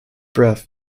breath